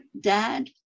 dad